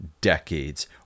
decades